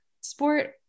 sport